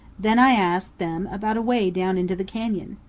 then i ask them about a way down into the canyon.